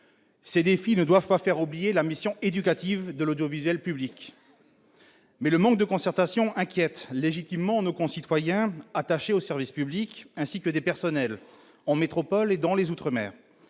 cela ne doit pas faire oublier la mission éducative de l'audiovisuel public. Le manque de concertation inquiète légitimement nos concitoyens, attachés au service public, ainsi que des personnels, en métropole et dans les outre-mer,